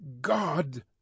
god